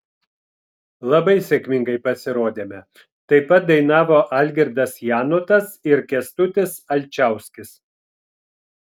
labai sėkmingai pasirodėme taip pat dainavo algirdas janutas ir kęstutis alčauskis